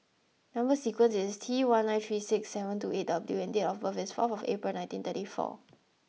number sequence is T one nine three six seven two eight W and date of birth is four April nineteen thirty four